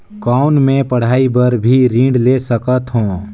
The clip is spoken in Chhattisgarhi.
कौन मै पढ़ाई बर भी ऋण ले सकत हो?